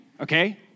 okay